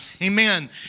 Amen